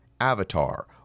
Avatar